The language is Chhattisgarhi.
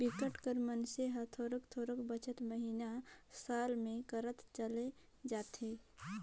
बिकट कर मइनसे हर थोरोक थोरोक बचत महिना, साल में करत चले जाथे